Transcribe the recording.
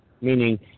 meaning